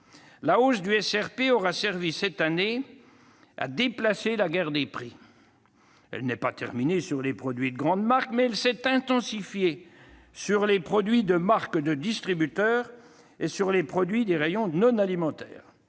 La hausse du SRP aura servi, cette année, à déplacer la guerre des prix. Elle n'est pas terminée sur les produits des grandes marques et s'est intensifiée sur les produits sous marques de distributeurs (MDD) et dans les rayons non alimentaires.